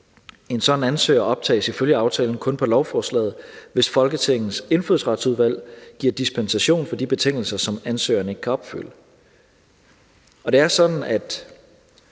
En sådan ansøger optages ifølge aftalen kun på lovforslaget, hvis Folketingets Indfødsretsudvalg giver dispensation fra de betingelser, som ansøgeren ikke kan opfylde. Og det er sådan, at